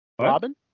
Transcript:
Robin